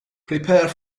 prepare